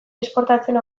esportatzen